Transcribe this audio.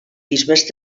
bisbes